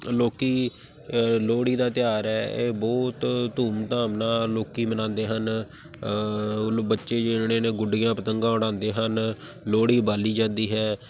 ਲੋਕ ਲੋਹੜੀ ਦਾ ਤਿਹਾਰ ਹੈ ਇਹ ਬਹੁਤ ਧੂਮਧਾਮ ਨਾਲ ਲੋਕ ਮਨਾਉਂਦੇ ਹਨ ਉਹਨੂੰ ਬੱਚੇ ਜਿਹੜੇ ਨੇ ਗੁੱਡੀਆਂ ਪਤੰਗਾਂ ਉਡਾਉਂਦੇ ਹਨ ਲੋਹੜੀ ਬਾਲ਼ੀ ਜਾਂਦੀ ਹੈ